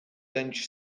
bench